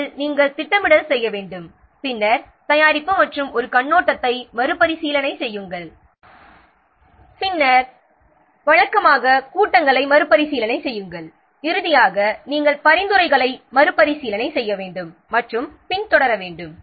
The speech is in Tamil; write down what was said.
முதலில் நாம் திட்டமிடல் செய்ய வேண்டும் பின்னர் தயாரிப்பு மற்றும் ஒரு கண்ணோட்டத்தை மறுபரிசீலனை செய்யுங்கள் பின்னர் வழக்கமாக கூட்டங்களை மறுபரிசீலனை செய்யுங்கள் இறுதியாக நாம் பரிந்துரைகளை மறுபரிசீலனை செய்ய வேண்டும் மற்றும் பின்தொடர வேண்டும்